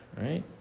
right